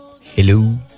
hello